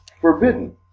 forbidden